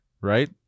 right